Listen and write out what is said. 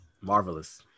marvelous